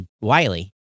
Wiley